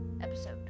episode